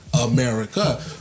America